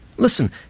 Listen